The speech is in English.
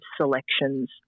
selections